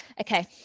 okay